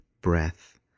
breath